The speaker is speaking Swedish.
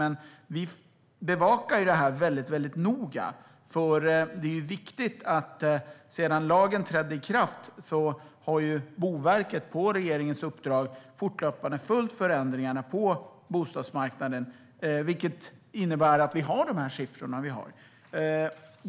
Men vi bevakar det här väldigt noga. Sedan lagen trädde i kraft har Boverket på regeringens uppdrag fortlöpande följt förändringarna på bostadsmarknaden, vilket innebär att vi har de siffror vi har.